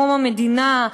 מקום המדינה,